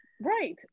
Right